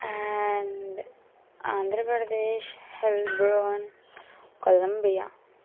and Andhra Pradesh Melbourne Colombia